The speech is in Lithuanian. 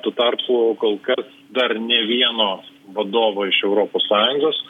tuo tarpu kol kas dar nė vieno vadovo iš europos sąjungos